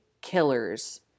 killers